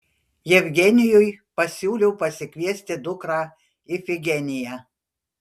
jevgenijui pasiūliau pasikviesti dukrą ifigeniją